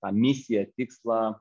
tą misiją tikslą